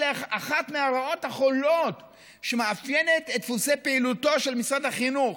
אלה אחת מהרעות החולות שמאפיינת את דפוסי פעילותו של משרד החינוך.